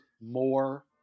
more